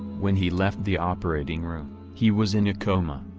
when he left the operating room, he was in a coma.